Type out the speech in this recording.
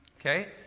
Okay